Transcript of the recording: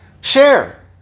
Share